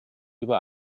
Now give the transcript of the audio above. über